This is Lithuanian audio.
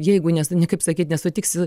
jeigu nes kaip sakyt nesutiksiu